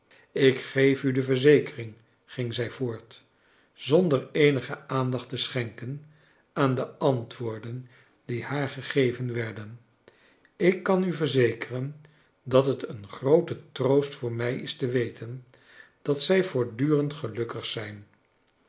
ik geef u de verzekering ging zij voort zonder eenige aandacht te sclienken aan de antwoorden die haar gegeven warden ik kan u ver zekeren dat het een groote troost voor mij is te weten dat zij voortdurend gelukkig zijn